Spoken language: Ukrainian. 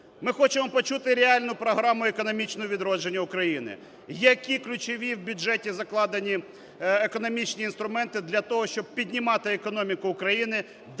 Ми хочемо почути реальну програму економічного відродження України, які ключові в бюджеті закладені економічні інструменти для того, щоб піднімати економіку України, дати